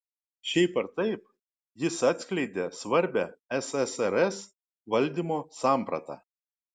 šiaip ar taip jis atskleidė svarbią ssrs valdymo sampratą